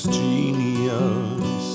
genius